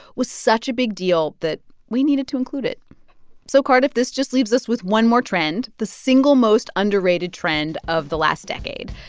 was such a big deal that we needed to include it so, cardiff, if this just leaves us with one more trend, the single most underrated trend of the last decade.